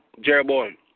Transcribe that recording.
Jeroboam